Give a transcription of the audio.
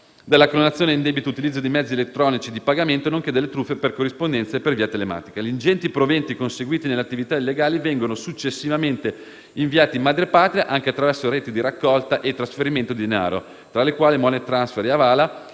della clonazione ed indebito utilizzo di mezzi elettronici di pagamento nonché delle truffe per corrispondenza e per via telematica. Gli ingenti proventi conseguiti nelle attività illegali vengono successivamente inviati in madrepatria, anche attraverso reti di raccolta e trasferimento di denaro, tra le quali *money transfer* e *hawala*